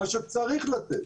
מה שצריך לתת